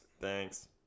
Thanks